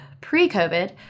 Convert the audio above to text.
pre-COVID